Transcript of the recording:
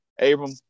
Abram